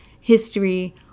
history